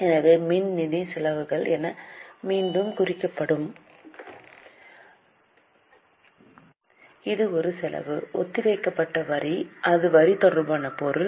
எனவே மின் நிதி செலவுகள் என மீண்டும் குறிக்கவும் இது ஒரு செலவு ஒத்திவைக்கப்பட்ட வரி இது வரி தொடர்பான பொருள்